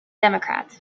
democrat